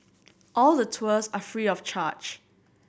all the tours are free of charge